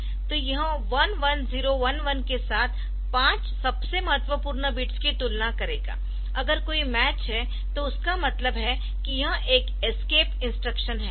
तो यह 11011 के साथ पांच सबसे महत्वपूर्ण बिट्स की तुलना करेगा अगर कोई मैच है तो उसकामतलब है यह एक एस्केप इंस्ट्रक्शन है